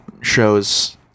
shows